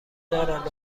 دارد